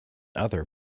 other